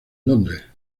londres